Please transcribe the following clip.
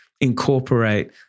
incorporate